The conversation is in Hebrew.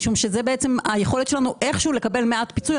משום שזאת היכולת שלנו לקבל איכשהו מעט פיצוי.